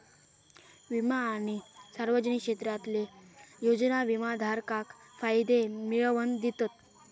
विमा आणि सार्वजनिक क्षेत्रातले योजना विमाधारकाक फायदे मिळवन दितत